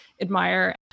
admire